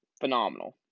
phenomenal